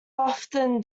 often